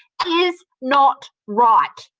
is not right.